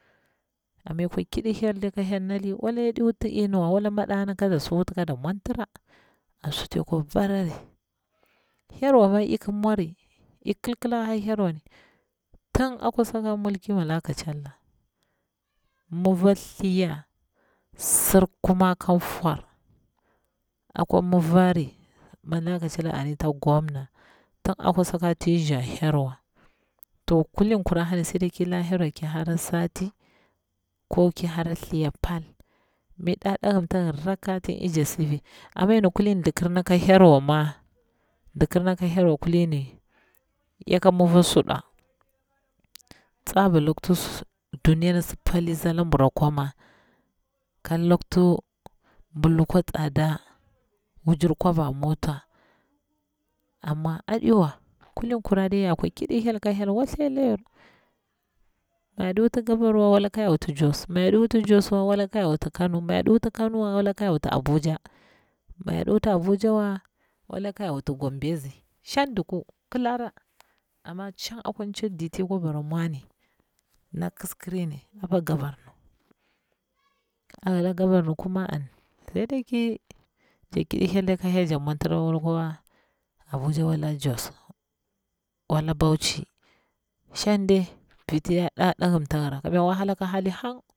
Amma taka kidi hyel dai ka hyel nali wala yaɗi wuti iynuwa wala madana kade si wuta kada mwantira, ab suti yakwa barari. Herwa ma ik mwari i kil kila a horwa ni, thn akwa aka mulki wala kachallah mofa thliya surkumar kafwar, akwa mofari, mak kachallah ani ta bwarch akwa saka ti nzaa herwa, to kulin kura hani sai dai kila herwa ki hara sati ko ki hara thliya pal mi ki nda datimta hir rakka ki jakti sifiy, amma kulin ndikirna ka herwama yae mafa suɗa, tsaba lakuti duniyan si palitsi labur kwa ma, ka loktu bur hakwa tsada wujir kwaba mota, amma adiwa, kulin kura dai yar kwa kiɗi hyel ka hyel whathi la yaru mi yaɗi wuti gabar wa wala ka yar wuti jos, mi yaɗi wutu jos wa walo ka yar wut kano, mi yoɗi wuti kano wai wala kayor wuti abuja mi yadi wut abuja wa wala ka yar wut gombe a nzi shang duku kilora, amma shang akwa diti yakwa bara mwami na kiskiriri apa gabar niwa, a hila gabar ni tsiwa, sai dai ki kiɗi hyel kata jakti mwantira wala abuja wala jos, wala bauchi shang dai.